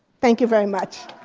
thank you very much.